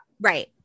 Right